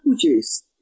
juice